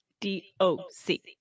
d-o-c